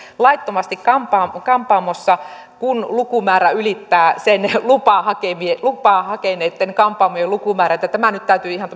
laittomasti kampaamossa kun lukumäärä ylittää sen lupaa hakeneitten kampaamojen lukumäärän tämä nyt täytyy ihan